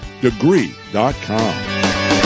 Degree.com